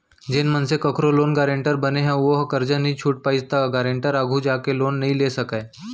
जेन मनसे कखरो लोन गारेंटर बने ह अउ ओहा करजा नइ छूट पाइस त गारेंटर आघु जाके लोन नइ ले सकय